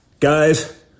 Guys